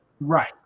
right